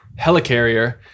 helicarrier